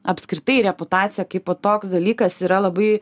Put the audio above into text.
apskritai reputacija kaipo toks dalykas yra labai